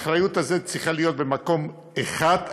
האחריות הזאת צריכה להיות במקום אחד,